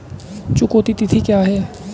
चुकौती तिथि क्या है?